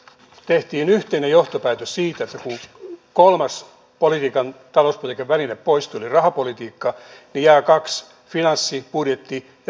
tehtiin yhteinen johtopäätös siitä että kun kolmas talouspolitiikan väline poistui joka oli rahapolitiikka niin jää kaksi finanssi ja budjetti sekä työmarkkinapolitiikka